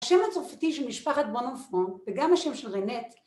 ‫השם הצורפתי של משפחת בונאפרון, ‫וגם השם של רנה,